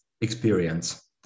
experience